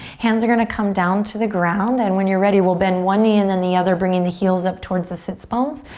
hands are gonna come down to the ground and when you're ready we'll bend one knee and then the other bringing the heels up towards the sits bones.